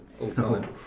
All-time